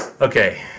Okay